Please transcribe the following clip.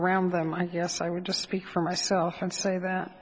around them i guess i would just speak for myself and say that